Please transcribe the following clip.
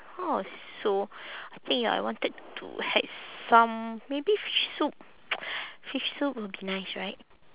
so I think ya I wanted to have some maybe fish soup fish soup will be nice right